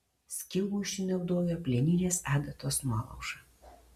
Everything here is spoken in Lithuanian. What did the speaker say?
skylmušiui naudojo plieninės adatos nuolaužą